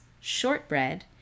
shortbread